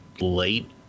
late